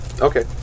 Okay